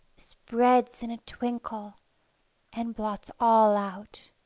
spreads in a twinkle and blots all out.